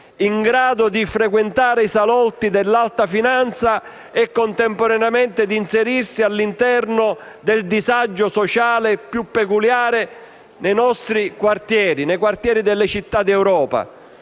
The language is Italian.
in grado di frequentare i salotti dell'alta finanza e, contemporaneamente, di inserirsi all'interno del disagio sociale più peculiare nei nostri quartieri, nei quartieri delle città d'Europa,